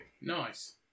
Nice